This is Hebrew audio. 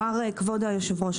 כבוד היושב-ראש,